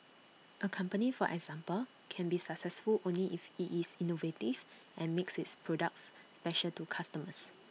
A company for example can be successful only if IT is innovative and makes its products special to customers